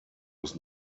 was